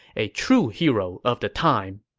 a true hero of the time.